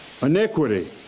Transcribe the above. iniquity